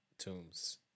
Tombs